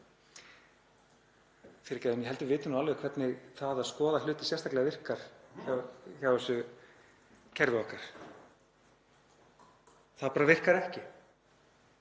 en ég held að við vitum alveg hvernig það að skoða hluti sérstaklega virkar hjá þessu kerfi okkar. Það bara virkar ekki.